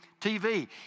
TV